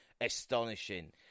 astonishing